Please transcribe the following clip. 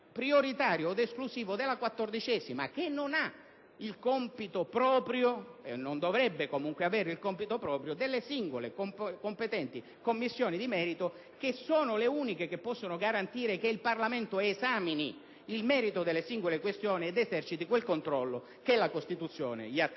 prioritario ed esclusivo alla 14a Commissione. Quest'ultima non ha - e non dovrebbe comunque avere - il compito proprio delle singole Commissioni di merito, che sono le uniche che possono garantire che il Parlamento esamini il merito delle singole questioni ed eserciti quel controllo che la Costituzione gli attribuisce.